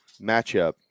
matchup